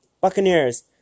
Buccaneers